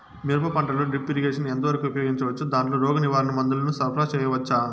మిరప పంటలో drip irrigation ఎంత వరకు ఉపయోగించవచ్చు, దాంట్లో రోగ నివారణ మందుల ను సరఫరా చేయవచ్చా?